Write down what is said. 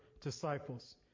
disciples